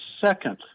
second